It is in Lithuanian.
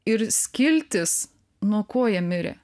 ir skiltis nuo ko jie mirė